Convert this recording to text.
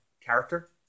character